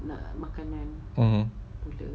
um